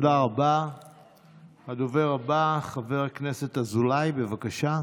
ואני אומר, וזה דבר אחרון, משפט אחרון, בבקשה.